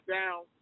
down